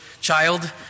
child